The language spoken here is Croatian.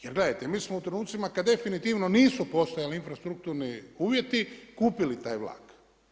Jer gledajte mi smo u trenutcima kada definitivno nisu postojali infrastrukturni uvjeti kupili taj vlak.